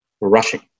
rushing